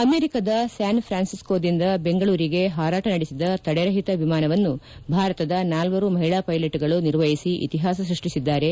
ಅಮೆರಿಕದ ಸ್ಟಾನ್ಫ್ರಾನ್ಸಿಸ್ಸ್ಲೋದಿಂದ ಬೆಂಗಳೂರಿಗೆ ಹಾರಾಟ ನಡೆಸಿದ ತಡೆರಹಿತ ವಿಮಾನವನ್ನು ಭಾರತದ ನಾಲ್ಕರು ಮಹಿಳಾ ಪೈಲೆಟ್ಗಳು ನಿರ್ವಹಿಸಿ ಇತಿಹಾಸ ಸ್ಪಷ್ಟಿಸಿದ್ದಾರೆ